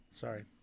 Sorry